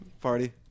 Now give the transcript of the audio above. party